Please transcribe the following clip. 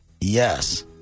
Yes